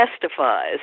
testifies